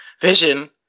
Vision